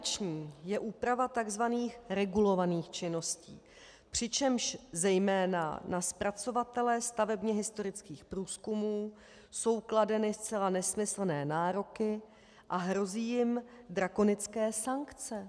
Diskriminační je úprava takzvaných regulovaných činností, přičemž zejména na zpracovatele stavebně historických průzkumů jsou kladeny zcela nesmyslné nároky a hrozí jim drakonické sankce.